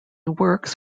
works